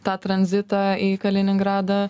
tą tranzitą į kaliningradą